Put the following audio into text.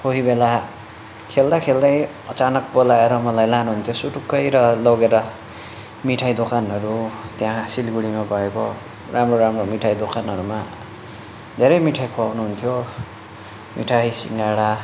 कोही बेला खेल्दा खेल्दै अचानक बोलाएर मलाई लानुहुन्थ्यो सुटुक्कै र लगेर मिठाई दोकानहरू त्यहाँ सिलगढीमा भएको राम्रो राम्रो मिठाई दोकानहरूमा धेरै मिठाई खुवाउनु हुन्थ्यो मिठाई सिङ्गाडा